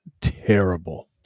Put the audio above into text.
terrible